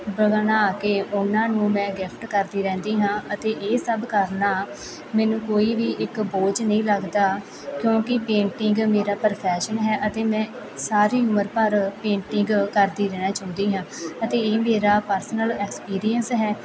ਬ ਬਣਾ ਕੇ ਉਹਨਾਂ ਨੂੰ ਮੈਂ ਗਿਫਟ ਕਰਦੀ ਰਹਿੰਦੀ ਹਾਂ ਅਤੇ ਇਹ ਸਭ ਕਰਨਾ ਮੈਨੂੰ ਕੋਈ ਵੀ ਇੱਕ ਬੋਝ ਨਹੀਂ ਲੱਗਦਾ ਕਿਉਂਕਿ ਪੇਂਟਿੰਗ ਮੇਰਾ ਪ੍ਰੋਫੈਸ਼ਨ ਹੈ ਅਤੇ ਮੈਂ ਸਾਰੀ ਉਮਰ ਭਰ ਪੇਟਿੰਗ ਕਰਦੀ ਰਹਿਣਾ ਚਾਹੁੰਦੀ ਹਾਂ ਅਤੇ ਇਹ ਮੇਰਾ ਪਰਸਨਲ ਐਕਸਪੀਰੀਅੰਸ ਹੈ